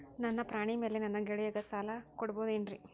ನನ್ನ ಪಾಣಿಮ್ಯಾಲೆ ನನ್ನ ಗೆಳೆಯಗ ಸಾಲ ಕೊಡಬಹುದೇನ್ರೇ?